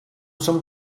some